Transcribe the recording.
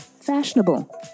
fashionable